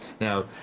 now